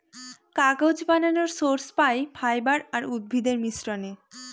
কাগজ বানানর সোর্স পাই ফাইবার আর উদ্ভিদের মিশ্রনে